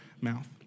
mouth